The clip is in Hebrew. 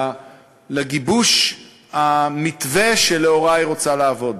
לגיבוש המתווה שלאורו היא רוצה לעבוד.